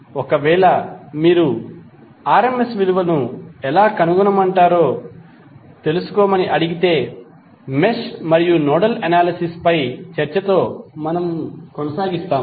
ఒకవేళ మీరు RMS విలువను ఎలా కనుగొంటారో తెలుసుకోమని అడిగితే మెష్ మరియు నోడల్ అనాలిసిస్ పై చర్చతో మనము కొనసాగిస్తాము